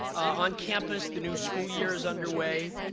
on campus, the new school year is underway,